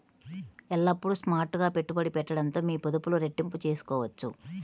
ఎల్లప్పుడూ స్మార్ట్ గా పెట్టుబడి పెట్టడంతో మీ పొదుపులు రెట్టింపు చేసుకోవచ్చు